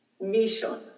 mission